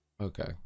Okay